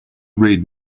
read